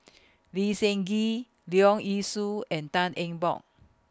Lee Seng Gee Leong Yee Soo and Tan Eng Bock